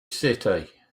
city